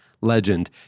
legend